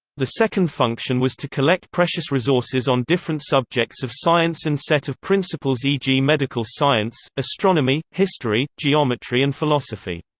the second function was to collect precious resources on different subjects of science and set of principles e g. medical science, astronomy, history, geometry and philosophy.